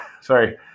Sorry